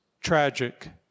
tragic